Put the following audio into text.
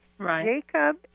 Jacob